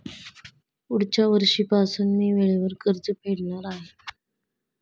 पुढच्या वर्षीपासून मी वेळेवर कर्ज फेडणार आहे